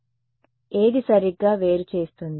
ఏది సరిగ్గా వేరు చేస్తుంది